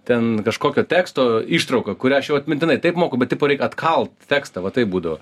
ten kažkokio teksto ištrauką kurią aš jau atmintinai taip moku bet tipo reik atkalt tekstą va taip būdavo